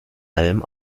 allem